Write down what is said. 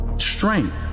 strength